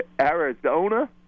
Arizona